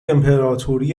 امپراتوری